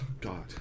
God